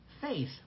faith